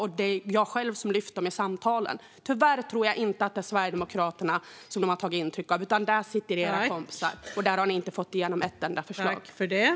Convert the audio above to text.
Det är jag själv som har lyft upp dem i samtalen. Tyvärr tror jag inte att det är er i Sverigedemokraterna som de har tagit intryck av. Era kompisar sitter där borta, och där har ni inte fått igenom ett enda förslag.